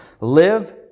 Live